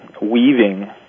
weaving